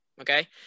okay